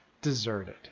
deserted